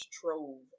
trove